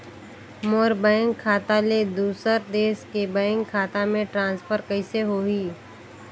मोर bank खाता ले दुसर देश के बैंक खाता मे ट्रांसफर कइसे होही?